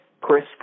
Chris